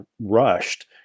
rushed